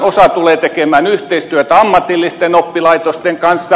osa tulee tekemään yhteistyötä ammatillisten oppilaitosten kanssa